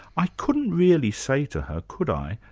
i couldn't really say to her, could i,